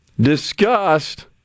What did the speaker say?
discussed